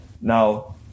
Now